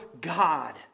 God